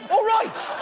alright!